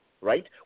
right